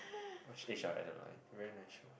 watch Age of Adaline very nice show